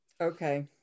Okay